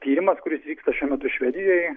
tyrimas kuris vyksta šiuo metu švedijoj